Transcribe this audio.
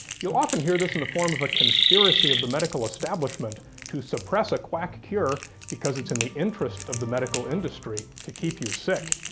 you'll often hear this in the form of a a conspiracy of the medical establishment to suppress a quack cure because it's in the interest of the medical industry to keep you sick.